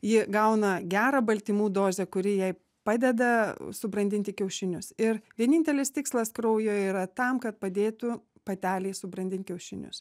ji gauna gerą baltymų dozę kuri jai padeda subrandinti kiaušinius ir vienintelis tikslas kraujo yra tam kad padėtų patelei subrandint kiaušinius